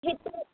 সেইটো